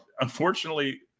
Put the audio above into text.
unfortunately